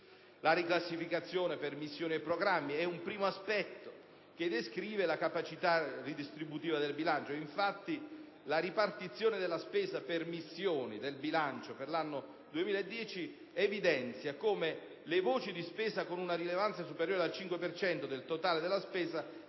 La riclassificazione per missioni e programmi è un primo aspetto che descrive la capacità redistributiva del bilancio. Infatti la ripartizione per missioni della spesa del bilancio per l'anno 2010 evidenzia come le voci di spesa con una rilevanza superiore al 5 per cento del